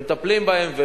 שמטפלים בהם,